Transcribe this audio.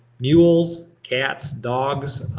mules, cats, dogs,